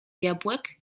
jabłek